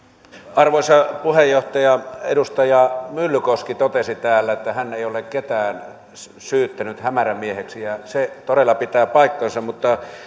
arvoisa puheenjohtaja edustaja myllykoski totesi täällä että hän ei ole ketään syyttänyt hämärämieheksi ja se todella pitää paikkansa mutta